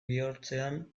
bihotzean